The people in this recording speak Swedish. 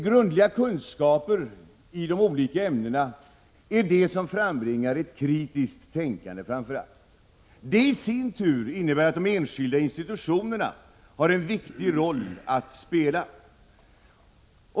Grundliga kunskaper i de olika ämnena frambringar framför allt ett kritiskt tänkande. Detta i sin tur innebär att de enskilda institutionerna har en viktig roll att spela.